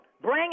Bring